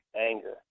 anger